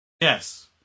Yes